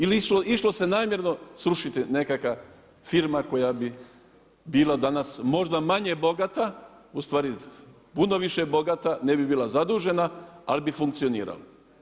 Ili se išlo namjerno srušiti nekakva firma koja bi bila danas možda manje bogata, ustvari puno više bogata, ne bi bila zadužena ali bi funkcionirala.